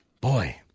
Boy